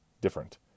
different